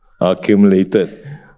accumulated